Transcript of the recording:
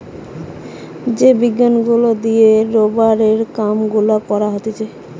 যে বিজ্ঞান গুলা দিয়ে রোবারের কাম গুলা করা হতিছে